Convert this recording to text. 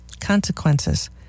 consequences